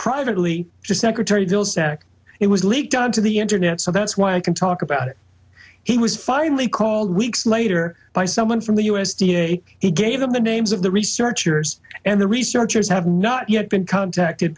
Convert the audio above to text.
privately to secretary vilsack it was leaked onto the internet so that's why i can talk about it he was finally called weeks later by someone from the u s d a he gave them the names of the researchers and the researchers have not yet been contacted